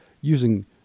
using